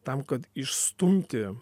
tam kad išstumti